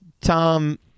Tom